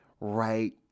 right